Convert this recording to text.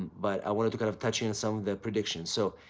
but i wanted to kind of touch on some of the predictions. so,